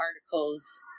articles